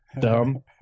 dumb